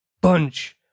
bunch